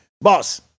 boss